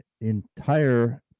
entire